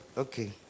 Okay